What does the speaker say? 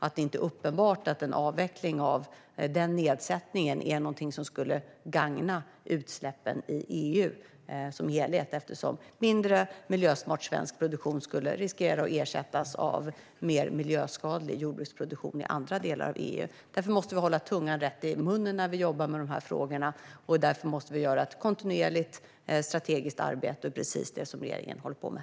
Det är inte uppenbart att en avveckling av den nedsättningen skulle gagna utsläppen i EU som helhet, eftersom mindre miljösmart svensk produktion skulle riskera att ersättas av mer miljöskadlig jordbruksproduktion i andra delar av EU. Därför måste vi hålla tungan rätt i munnen när vi jobbar med de här frågorna, och därför måste vi göra ett kontinuerligt strategiskt arbete. Det är precis det regeringen håller på med.